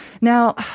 Now